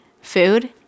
food